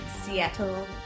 Seattle